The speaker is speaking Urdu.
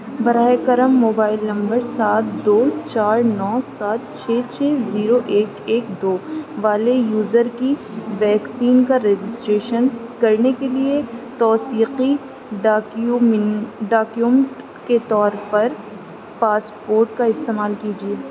براہ کرم موبائل نمبر سات دو چار نو سات چھ چھ زیرو ایک ایک دو والے یوزر کی ویکسین کا رجسٹریشن کرنے کے لیے توثیقی ڈاکیومن ڈاکیوم کے طور پر پاسپورٹ کا استعمال کیجیے